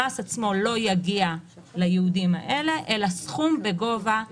המס עצמו לא יגיע לייעודים האלה אלא סכום בגובה האומדן.